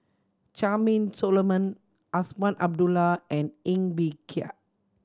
Charmaine Solomon Azman Abdullah and Ng Bee Kia